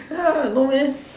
ya no meh